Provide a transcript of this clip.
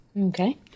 Okay